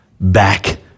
back